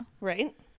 Right